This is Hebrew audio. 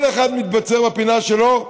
כל אחד מתבצר בפינה שלו,